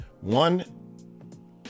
one